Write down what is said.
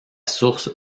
source